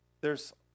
theres